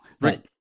right